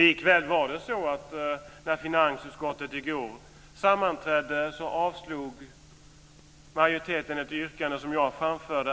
Ändå avslog finansutskottets majoritet vid sammanträdet i går ett yrkande från mig om